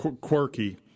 quirky